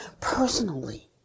personally